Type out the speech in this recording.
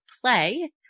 play